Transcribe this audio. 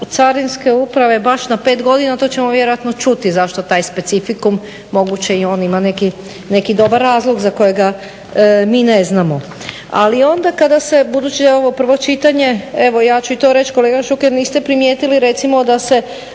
Carinske uprave baš na 5 godina, to ćemo vjerojatno čuti zašto taj specifikum. Moguće i on ima neki dobar razlog za kojega mi ne znamo. Ali, onda kada se, budući da je ovo prvo čitanje, evo ja ću i to reći kolega Šuker niste primijetili recimo da se